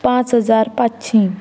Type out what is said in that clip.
पांच हजार पांचशीं